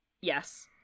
yes